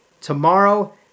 tomorrow